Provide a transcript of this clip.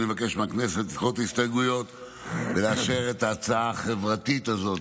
ואני מבקש מהכנסת לדחות את ההסתייגויות ולאשר את ההצעה החברתית הזו,